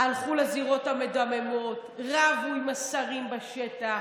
הלכו לזירות המדממות, רבו עם השרים בשטח,